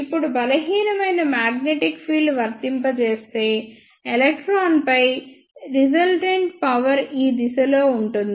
ఇప్పుడు బలహీనమైన magnetic field వర్తింపజేస్తే ఎలక్ట్రాన్పై రిజల్టెన్ట్ పవర్ ఈ దిశలో ఉంటుంది